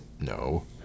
No